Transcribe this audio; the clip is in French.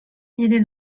est